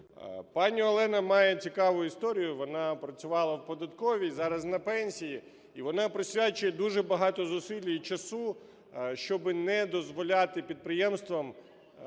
Пані Олена має цікаву історію, вона працювала в податковій, зараз на пенсії, і вона присвячує дуже багато зусиль і часу, щоб не дозволяти підприємствам